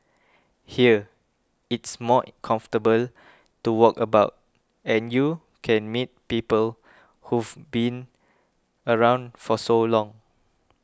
here it's more comfortable to walk about and you can meet people who've been around for so long